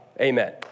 amen